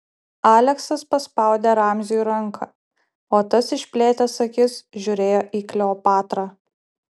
aleksas paspaudė ramziui ranką o tas išplėtęs akis žiūrėjo į kleopatrą